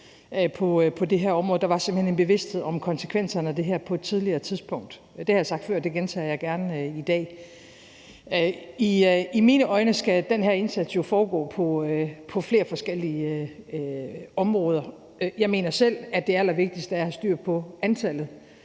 Der var simpelt hen en bevidsthed om konsekvenserne af det her på et tidligere tidspunkt. Det har jeg sagt før, og det gentager jeg gerne i dag. I mine øjne skal den her indsats jo foregå på flere forskellige områder. Jeg mener selv, at det allervigtigste er at have styr på antallet,